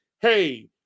hey